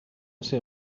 ser